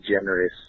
generous